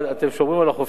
אתם שומרים על החופים,